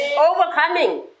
Overcoming